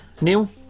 Neil